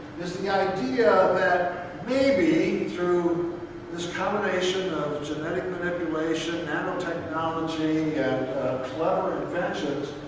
is the idea that maybe through this combination of genetic manipulation, nanotechnology and clever inventions,